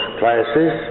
classes